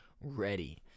ready